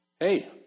Hey